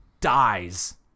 dies